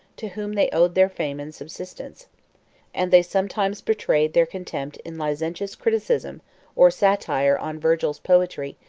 to whom they owed their fame and subsistence and they sometimes betrayed their contempt in licentious criticism or satire on virgil's poetry,